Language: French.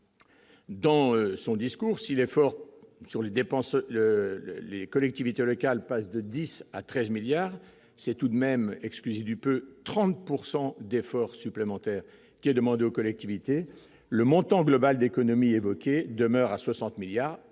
Dans son discours, si l'effort sur les dépenses, le le les collectivités locales, passe de 10 à 13 milliards c'est tout de même, excusez du peu, 30 pourcent d'efforts supplémentaires qui est demandé aux collectivités le montant global d'économies demeure à 60 milliards